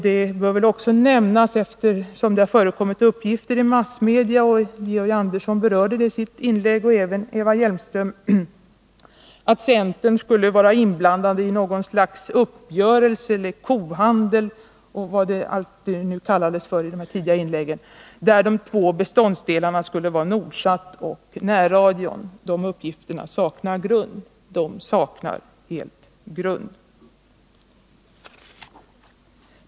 Det bör väl också nämnas, eftersom det har förekommit uppgifter i massmedia och eftersom Georg Andersson och även Eva Hjelmström berört det i sina inlägg. Uppgifterna om att centern skulle vara indragen i uppgörelser, kohandel eller allt vad man nu sade i de tidigare inläggen, där de två beståndsdelarna skulle vara Nordsat och närradion, saknar helt grund.